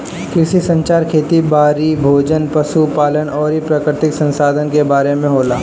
कृषि संचार खेती बारी, भोजन, पशु पालन अउरी प्राकृतिक संसधान के बारे में होला